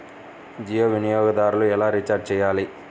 జియో వినియోగదారులు ఎలా రీఛార్జ్ చేయాలి?